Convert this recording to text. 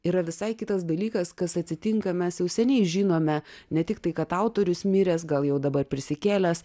yra visai kitas dalykas kas atsitinka mes jau seniai žinome ne tik tai kad autorius miręs gal jau dabar prisikėlęs